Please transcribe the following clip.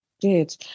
Good